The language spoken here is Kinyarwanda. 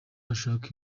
ushaka